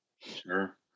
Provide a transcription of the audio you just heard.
Sure